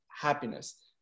happiness